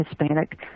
hispanic